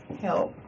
help